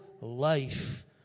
life